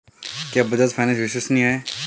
क्या बजाज फाइनेंस विश्वसनीय है?